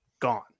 gone